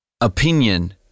Opinion